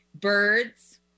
Birds